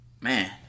Man